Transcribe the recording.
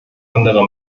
anderer